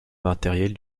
matériels